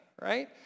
right